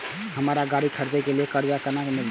हमरा गाड़ी खरदे के लिए कर्जा केना मिलते?